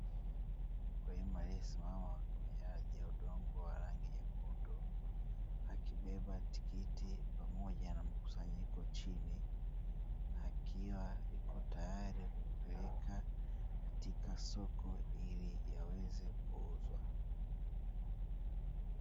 Mkulima aliyesimama kwenye ardhi ya udongo wa rangi nyekundu akibeba tikiti pamoja na mkusanyiko chini, akiwa yupo tayari kupeleka katika soko ili yaweze kuuzwa.